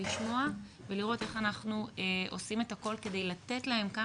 לשמוע ולראות איך אנחנו עושים את הכול כדי לתת להם כאן